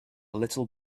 little